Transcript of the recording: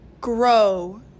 grow